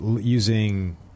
using